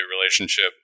relationship